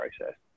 process